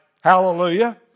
Hallelujah